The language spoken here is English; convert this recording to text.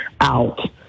out